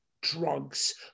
drugs